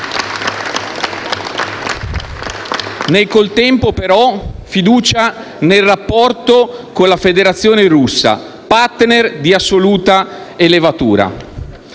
Nel contempo, però, fiducia nel rapporto con la Federazione Russa, *partner* di assoluta levatura.